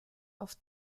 auf